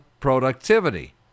productivity